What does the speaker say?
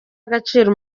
agaciro